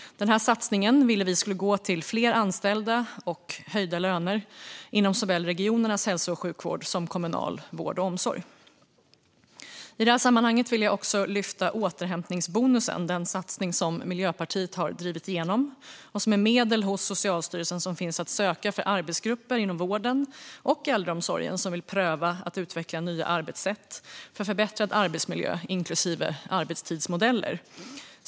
Vi ville att denna satsning skulle gå till fler anställda och till höjda löner inom såväl regionernas hälso och sjukvård som kommunal vård och omsorg. I detta sammanhang vill jag också nämna återhämtningsbonusen. Det är en satsning som Miljöpartiet har drivit igenom och som innebär att det finns medel hos Socialstyrelsen att söka för arbetsgrupper inom vården och äldreomsorgen som vill pröva att utveckla nya arbetssätt för förbättrad arbetsmiljö, inklusive arbetstidsmodeller.